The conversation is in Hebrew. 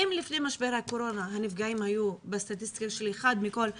אם לפני משבר הקורונה הנפגעים היו בסטטיסטיקה של אחד מכל חמישה,